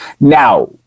Now